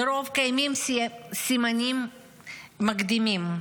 לרוב קיימים סימנים מקדימים,